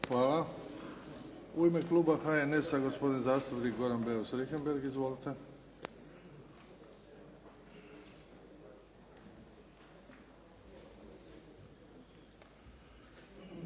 Hvala. U ime kluba HNS-a gospodin zastupnik Goran Beus Richembergh. Izvolite.